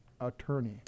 attorney